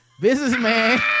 Businessman